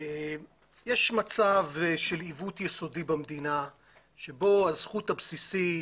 יש מצב של עיוות יסודי במדינה שבו הזכות הבסיסית,